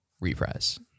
reprise